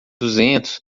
duzentos